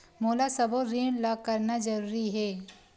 मोला सबो ऋण ला करना जरूरी हे?